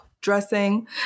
dressing